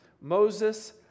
Moses